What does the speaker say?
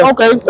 Okay